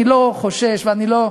אני לא חושש ואני לא,